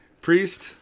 Priest